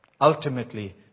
ultimately